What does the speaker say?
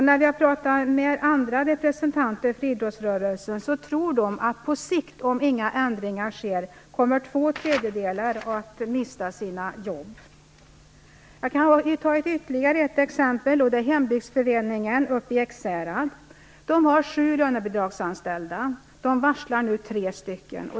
När vi har pratat med andra representanter för idrottsrörelsen har vi fått höra att de tror att om inga ändringar sker kommer på sikt två tredjedelar att mista sina jobb. Jag kan ta ytterligare ett exempel. Det är från hembygdsföreningen i Ekshärad. De har sju lönebidragsanställda. De varslar nu tre stycken.